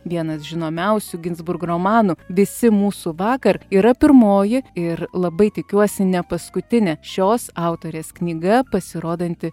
vienas žinomiausių ginzburg romanų visi mūsų vakar yra pirmoji ir labai tikiuosi ne paskutinė šios autorės knyga pasirodanti